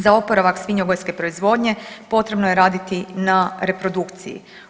Za oporavak svinjogojske proizvodnje potrebno je raditi na reprodukciji.